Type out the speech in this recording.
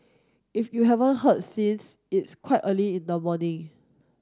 if you haven't heard since it's quite early in the morning